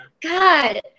God